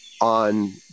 on